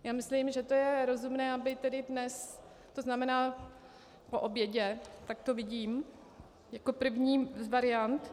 Já myslím, že to je rozumné, aby dnes, to znamená po obědě, tak to vidím jako první z variant.